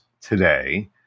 today